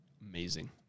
Amazing